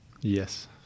Yes